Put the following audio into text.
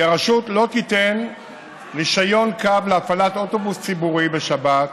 כי "הרשות לא תיתן רישיון קו להפעלת אוטובוס ציבורי בשבת,